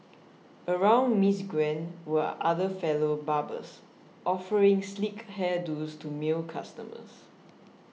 around Miss Gwen were other fellow barbers offering sleek hair do's to male customers